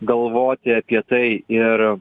galvoti apie tai ir